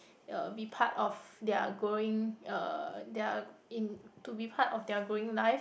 uh be part of their growing uh their in~ to be part of their growing life